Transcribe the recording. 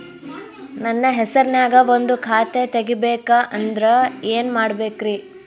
ನನ್ನ ಹೆಸರನ್ಯಾಗ ಒಂದು ಖಾತೆ ತೆಗಿಬೇಕ ಅಂದ್ರ ಏನ್ ಮಾಡಬೇಕ್ರಿ?